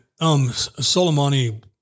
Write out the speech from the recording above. Soleimani